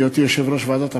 בהיותי יושב-ראש ועדת הפנים,